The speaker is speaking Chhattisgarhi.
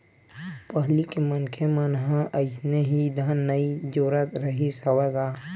पहिली के मनखे मन ह अइसने ही धन नइ जोरत रिहिस हवय गा